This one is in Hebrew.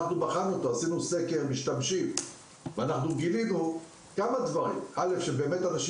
אנחנו בחנו אותו ועשינו סקר משתמשים וגילינו כמה דברים: אנשים